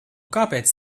kāpēc